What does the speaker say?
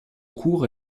cours